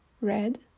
red